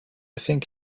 think